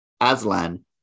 aslan